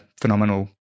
phenomenal